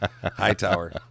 Hightower